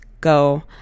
go